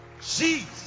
Jesus